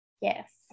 Yes